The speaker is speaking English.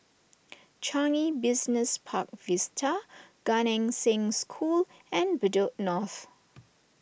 Changi Business Park Vista Gan Eng Seng School and Bedok North